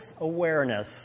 awareness